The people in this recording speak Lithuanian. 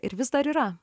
ir vis dar yra